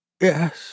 Yes